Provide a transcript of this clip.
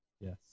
Yes